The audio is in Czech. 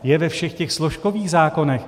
Je ve všech těch složkových zákonech.